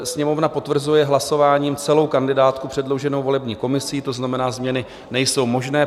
Sněmovna potvrzuje hlasováním celou kandidátku předloženou volební komisí, to znamená, změny nejsou možné.